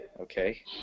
Okay